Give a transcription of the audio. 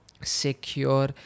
secure